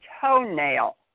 toenail